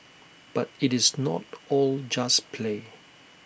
but IT is not all just play